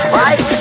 right